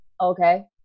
okay